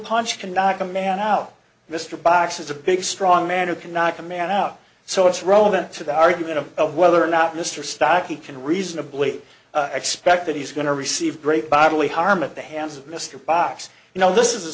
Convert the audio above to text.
punch can knock a man out mr box is a big strong man who cannot command out so it's relevant to the argument of whether or not mr stocky can reasonably expect that he's going to receive great bodily harm at the hands of mr box you know this is a